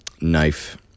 knife